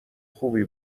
خوبی